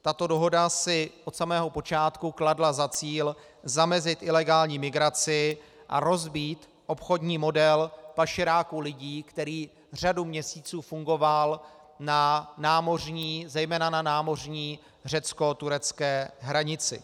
Tato dohoda si od samého počátku kladla za cíl zamezit ilegální migraci a rozbít obchodní model pašeráků lidí, který řadu měsíců fungoval zejména na námořní řeckoturecké hranici.